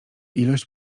ilość